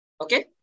Okay